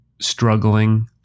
struggling